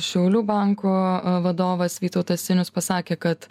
šiaulių banko vadovas vytautas sinius pasakė kad